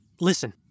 Listen